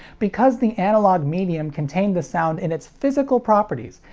because the analog medium contained the sound in its physical properties,